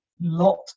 lot